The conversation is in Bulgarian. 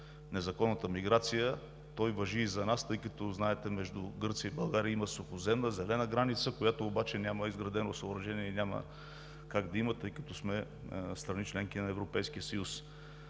незаконната миграция, той важи и за нас, тъй като знаете между Гърция и България има сухоземна зелена граница, която обаче няма изградено съоръжение, и няма как да има, тъй като сме страни – членки на Европейския съюз.